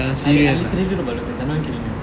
I literally wrote about black panther I'm not kidding you